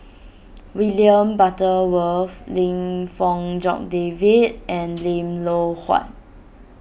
William Butterworth Lim Fong Jock David and Lim Loh Huat